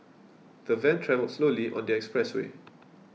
the van travelled slowly on the expressway